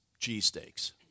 cheesesteaks